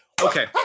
Okay